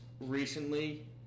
recently